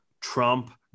Trump